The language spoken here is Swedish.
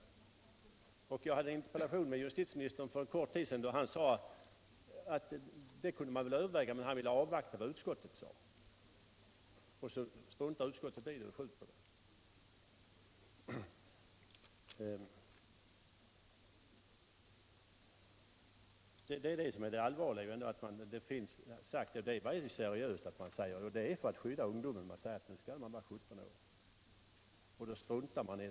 Uppskov med För en kort tid sedan riktade jag en interpellation till justitieministern, — behandlingen av och då sade han att man kunde överväga ett förbud men att han ville — motion om förbud avvakta utskottets ställningstagande. Så struntar utskottet i saken och — mot amatörboxning skjuter på den. Det seriösa är att skydda ungdomen genom den här bestämmelsen om att man måste vara 17 år.